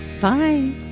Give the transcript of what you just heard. Bye